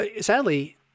sadly